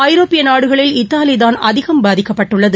ஐரோப்பிய நாடுகளில் இத்தாாலி தான் அதிகம் பாதிக்கப்பட்டுள்ளது